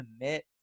commit